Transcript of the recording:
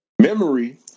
Memory